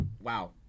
wow